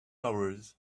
hours